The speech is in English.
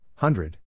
Hundred